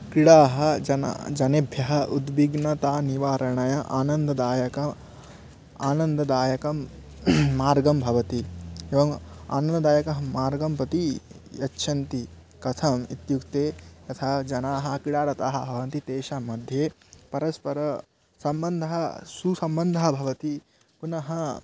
क्रिडा जनेभ्यः जनेभ्यः उद्विग्नतां निवारणम् आनन्ददायकः आनन्ददायकः मार्गः भवति एवम् आनन्ददायकं मार्गं प्रति गच्छन्ति कथम् इत्युक्ते यथा जनाः क्रीडारताः भवन्ति तेषां मध्ये परस्परसम्बन्धः सुसम्बन्धः भवति पुनः